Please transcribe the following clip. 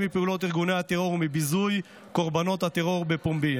מפעולות ארגוני הטרור ומביזוי קורבנות הטרור בפומבי.